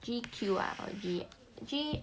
G_Q ah or G_G